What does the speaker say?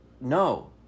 no